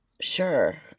sure